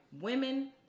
women